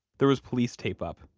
there was police tape up.